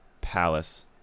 Palace